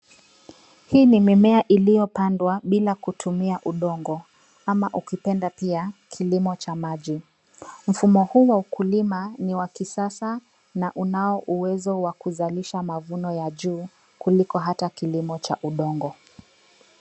Hii ni mimea iliyopandwa bila kutumia udongo, ama ukipenda pia kilimo cha maji. Mfumo huu wa ukulima ni wa kisasa na unao uwezo wa kuzalisha mavuno ya juu kuliko hata kilimo cha udongo.